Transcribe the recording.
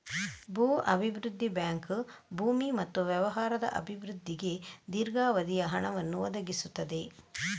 ಭೂ ಅಭಿವೃದ್ಧಿ ಬ್ಯಾಂಕ್ ಭೂಮಿ ಮತ್ತು ವ್ಯವಹಾರದ ಅಭಿವೃದ್ಧಿಗೆ ದೀರ್ಘಾವಧಿಯ ಹಣವನ್ನು ಒದಗಿಸುತ್ತದೆ